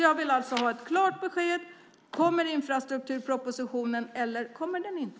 Jag vill alltså ha ett klart besked: Kommer infrastrukturpropositionen eller kommer den inte?